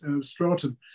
Stratton